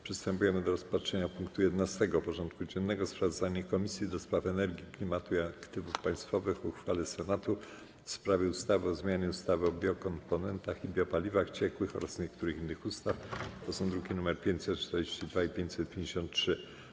Przystępujemy do rozpatrzenia punktu 11. porządku dziennego: Sprawozdanie Komisji do Spraw Energii, Klimatu i Aktywów Państwowych o uchwale Senatu w sprawie ustawy o zmianie ustawy o biokomponentach i biopaliwach ciekłych oraz niektórych innych ustaw (druki nr 542 i 553)